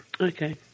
Okay